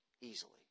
easily